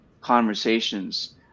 conversations